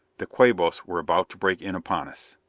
the quabos were about to break in upon us!